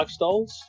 lifestyles